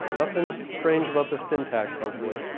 um nothing strange about the syntax hopefully.